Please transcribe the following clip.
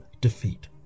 defeat